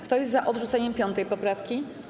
Kto jest za odrzuceniem 5. poprawki?